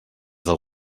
del